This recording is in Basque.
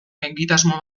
egitasmo